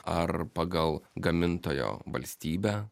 ar pagal gamintojo valstybę